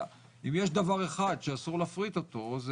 אם יש דבר אחד שאסור להפריט אותו זה